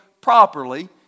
properly